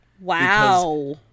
Wow